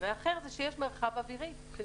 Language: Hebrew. והשני, שיש מרחב אווירי.